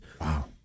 Wow